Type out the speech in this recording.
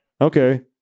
Okay